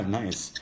nice